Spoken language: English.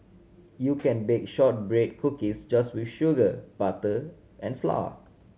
you can bake shortbread cookies just with sugar butter and flour